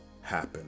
happen